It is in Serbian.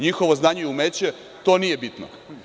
NJihovo znanje i umeće nije bitno?